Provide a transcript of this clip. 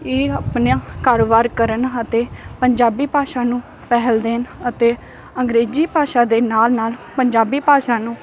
ਇਹ ਆਪਣਾ ਕਾਰੋਬਾਰ ਕਰਨ ਅਤੇ ਪੰਜਾਬੀ ਭਾਸ਼ਾ ਨੂੰ ਪਹਿਲ ਦੇਣ ਅਤੇ ਅੰਗਰੇਜ਼ੀ ਭਾਸ਼ਾ ਦੇ ਨਾਲ ਨਾਲ ਪੰਜਾਬੀ ਭਾਸ਼ਾ ਨੂੰ